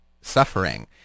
suffering